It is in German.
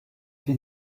bin